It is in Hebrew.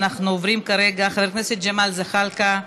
ואנחנו עוברים כרגע: חבר הכנסת ג'מאל זחאלקה,